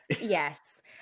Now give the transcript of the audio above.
Yes